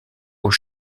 aux